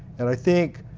and i think